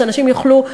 שאנשים יוכלו,